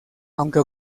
aunque